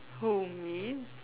who me